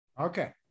okay